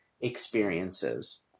experiences